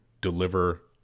deliver